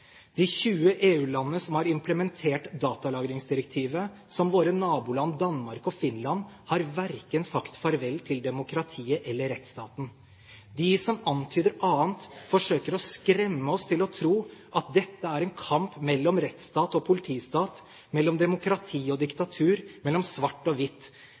De 20 EU-landene som har implementert datalagringsdirektivet, som våre naboland Danmark og Finland, har verken sagt farvel til demokratiet eller rettsstaten. De som antyder noe annet, forsøker å skremme oss til å tro at dette er en kamp mellom rettsstat og politistat, mellom demokrati og diktatur, mellom svart og